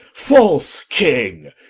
false king,